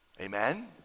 Amen